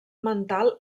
mental